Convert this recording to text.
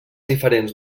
diferents